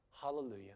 hallelujah